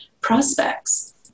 prospects